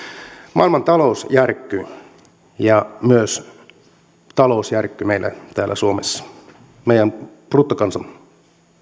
maailmantalous järkkyi ja talous järkkyi myös meillä täällä suomessa meidän bruttokansantuotteemme